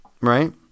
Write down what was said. right